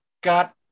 got